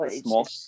small